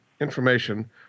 information